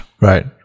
Right